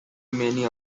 many